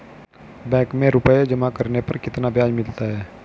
Bank में रुपये जमा करने पर कितना ब्याज मिलता है?